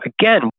again